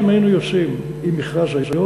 אם היינו יוצאים עם מכרז היום,